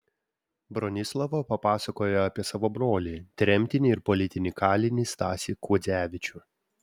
bronislava papasakojo apie savo brolį tremtinį ir politinį kalinį stasį kuodzevičių